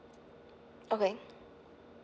okay